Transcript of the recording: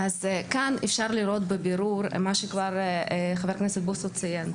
כאן אפשר לראות בבירור מה שכבר חבר הכנסת בוסו ציין.